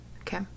Okay